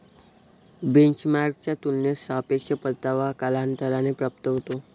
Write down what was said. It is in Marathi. बेंचमार्कच्या तुलनेत सापेक्ष परतावा कालांतराने प्राप्त होतो